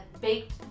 baked